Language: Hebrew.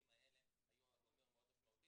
האלה שהיו הגורמים המאוד משמעותיים,